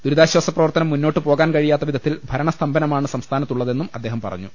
ദുരിതാശ്ചാസപ്ര വർത്തനം മുന്നോട്ട് പോകാൻ കഴിയാത്ത വിധത്തിൽ ഭരണസ്തം ഭനമാണ് സംസ്ഥാനത്തുള്ളതെന്നും അദ്ദേഹം പറഞ്ഞു